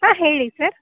ಹಾಂ ಹೇಳಿ ಸರ್